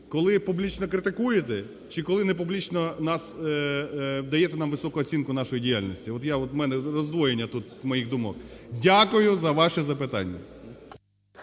Коли публічно критикуєте чи колинепублічно нас… даєте нам високу оцінку нашої діяльності? От я… от в мене роздвоєння тут моїх думок. Дякую за ваше запитання.